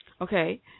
Okay